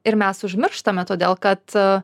ir mes užmirštame todėl kad